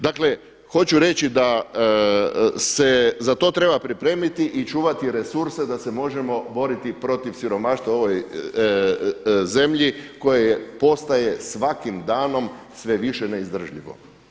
Dakle, hoću reći da se za to treba pripremiti i čuvati resurse da se možemo boriti protiv siromaštva u ovoj zemlji koje postaje svakim danom sve više neizdrživo.